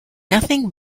nothing